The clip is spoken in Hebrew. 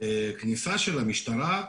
כניסה של המשטרה.